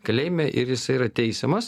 kalėjime ir jisai yra teisiamas